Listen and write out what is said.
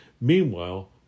Meanwhile